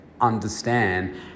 understand